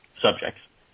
subjects